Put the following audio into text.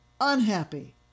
unhappy